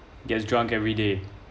gets drunk everyday